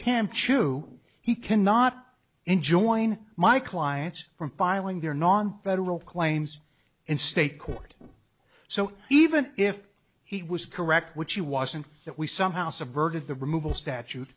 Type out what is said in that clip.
camp chew he cannot enjoin my clients from filing their nonfederal claims in state court so even if he was correct which he wasn't that we somehow subverted the removal statute